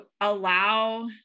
allow